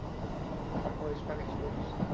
for hispanic students.